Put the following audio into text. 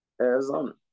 Arizona